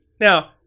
Now